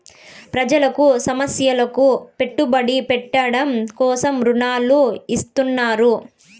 ప్రజలకు సంస్థలకు పెట్టుబడి పెట్టడం కోసం రుణాలు ఇత్తారు